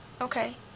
Okay